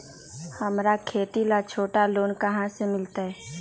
हमरा खेती ला छोटा लोने कहाँ से मिलतै?